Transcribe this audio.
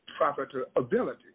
profitability